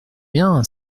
bien